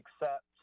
accept